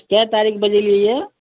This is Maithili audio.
कए तारिख बजलिये है